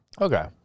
Okay